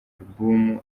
alubumu